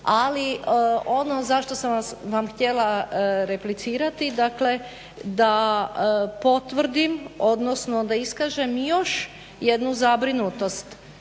Ali ono zašto sam vam htjela replicirati, dakle da potvrdim, odnosno da iskažem još jednu zabrinutost